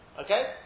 Okay